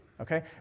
okay